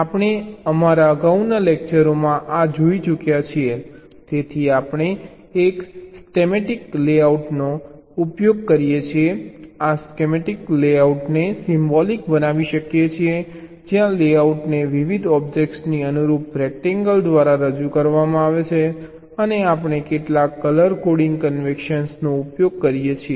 આપણે અમારા અગાઉના લેક્ચરોમાં આ જોઈ ચૂક્યા છીએ તેથી આપણે એક સ્કેમેટિક લેઆઉટનો ઉપયોગ કરી શકીએ છીએ તમારા સ્કેમેટિક લેઆઉટને સિમ્બોલિક બનાવી શકીએ છીએ જ્યાં લેઆઉટને વિવિધ ઑબ્જેક્ટ્સને અનુરૂપ રેક્ટેન્ગ્યલ દ્વારા રજૂ કરવામાં આવે છે અને આપણે કેટલાક કલર કોડિંગ કન્વેનશનનો ઉપયોગ કરીએ છીએ